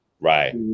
Right